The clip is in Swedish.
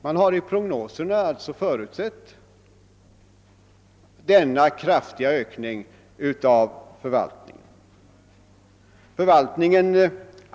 Man har i prognoserna alltså förutsett denna kraftiga ökning av förvaltningen.